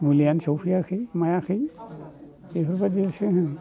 मुलियानो सफैयाखै मायाखै बेफोरबायदिसो होनो